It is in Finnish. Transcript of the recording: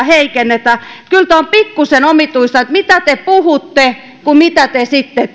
heikennetään kyllä tämä on pikkusen omituista se mitä te puhutte verrattuna siihen mitä te sitten